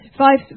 five